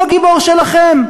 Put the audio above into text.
הוא הגיבור שלכם,